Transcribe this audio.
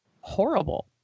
horrible